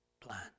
plan